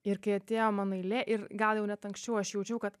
ir kai atėjo mano eilė ir gal jau net anksčiau aš jaučiau kad